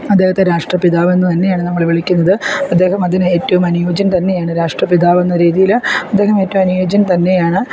അദ്ദേഹത്തെ രാഷ്ട്ര പിതാവെന്ന് തന്നെയാണ് നമ്മൾ വിളിക്കുന്നത് അദ്ദേഹം അതിന് എറ്റവും അനുയോജ്യൻ തന്നെയാണ് രാഷ്ട്ര പിതാവെന്ന രീതിയിൽ അദ്ദേഹം ഏറ്റവും അനുയോജ്യൻ തന്നെയാണ്